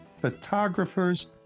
photographers